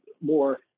more